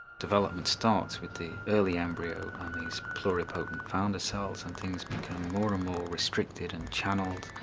development starts with the early embryo and these pluripotent founder cells and things become more and more restricted and channelled.